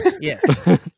Yes